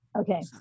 Okay